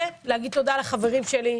וכן להגיד תודה לחברים שלי,